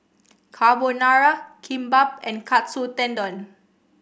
Carbonara Kimbap and Katsu Tendon